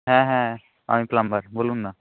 হ্যাঁ হ্যাঁ আমি প্লাম্বার বলুন না